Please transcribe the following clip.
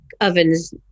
ovens